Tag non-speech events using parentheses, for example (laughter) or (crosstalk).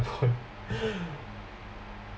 (laughs)